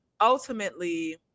ultimately